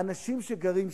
האנשים שגרים שם,